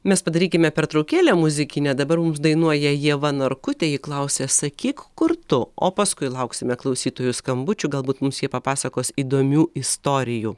mes padarykime pertraukėlę muzikinę dabar mums dainuoja ieva narkutė ji klausia sakyk kur tu o paskui lauksime klausytojų skambučių galbūt mums jie papasakos įdomių istorijų